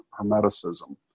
hermeticism